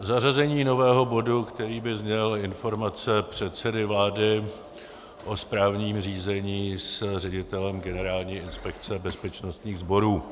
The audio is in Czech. Zařazení nového bodu, který by zněl Informace předsedy vlády o správním řízení s ředitelem Generální inspekce bezpečnostních sborů.